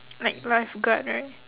like lifeguard right